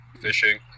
fishing